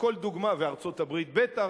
ובארצות-הברית בטח,